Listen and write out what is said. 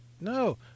No